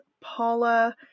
Paula